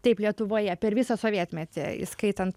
taip lietuvoje per visą sovietmetį įskaitant